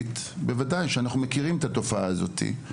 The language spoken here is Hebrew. ובוודאי שאנחנו מכירים את התופעה הזאת בחברה הבדואית.